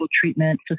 treatment